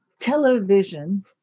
television